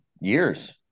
years